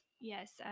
Yes